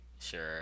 sure